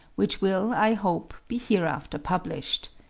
which will, i hope, be hereafter published.